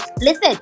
Listen